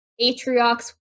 atriox